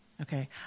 Okay